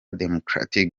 democratic